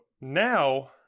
now